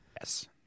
Yes